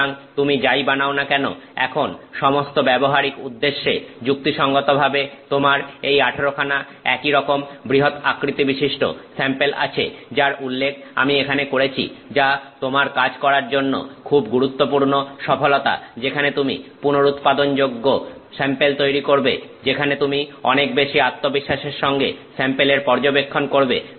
সুতরাং তুমি যাই বানাও না কেন এখন সমস্ত ব্যবহারিক উদ্দেশ্যে যুক্তিসঙ্গতভাবে তোমার এই 18 খানা একইরকম বৃহৎ আকৃতিবিশিষ্ট স্যাম্পেল আছে যার উল্লেখ আমি এখানে করেছি যা তোমার কাজ করার জন্য খুব গুরুত্বপূর্ণ সফলতা যেখানে তুমি পুনরুৎপাদন যোগ্য স্যাম্পেল তৈরি করবে যেখানে তুমি অনেক বেশি আত্মবিশ্বাসের সঙ্গে স্যাম্পেলের পর্যবেক্ষণ করবে